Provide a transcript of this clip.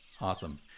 Awesome